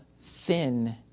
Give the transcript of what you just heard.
thin